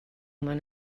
mewn